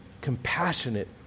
compassionate